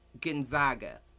Gonzaga